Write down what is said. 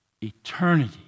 eternity